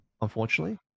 unfortunately